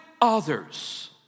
others